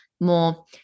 more